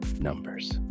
numbers